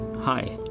Hi